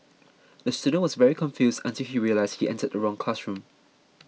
the student was very confused until he realised he entered the wrong classroom